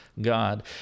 God